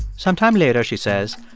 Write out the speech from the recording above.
sometime later, she says,